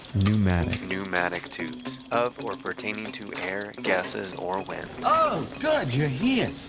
pneumatic pneumatic tubes of or pertaining to air, gases, or wind oh good you're here.